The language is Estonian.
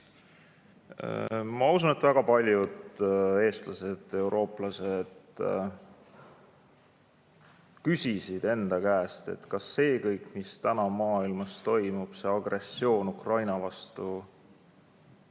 Ma usun, et väga paljud eestlased, eurooplased küsisid enda käest, kas kõik see, mis täna maailmas toimub, see agressioon Ukraina vastu